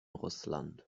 russland